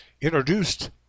introduced